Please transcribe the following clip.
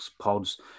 pods